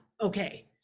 okay